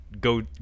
go